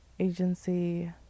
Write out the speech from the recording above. agency